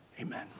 Amen